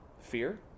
fear